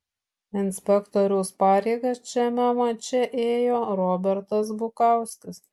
inspektoriaus pareigas šiame mače ėjo robertas bukauskis